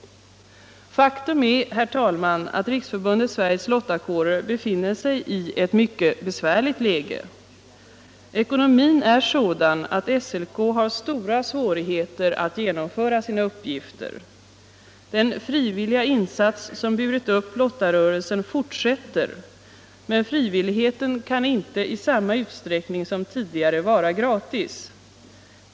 Faktum är att Riksförbundet Sveriges lottakårer befinner sig i ett mycket besvärligt läge. Ekonomin är sådan att SLK har stora svårigheter att genomföra sina uppgifter. Den frivilliga insats som burit upp lottarörelsen fortsätter men frivilligheten kan inte i samma utsträckning som tidigare vara gratis.